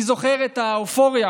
אני זוכר את האופוריה